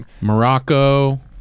Morocco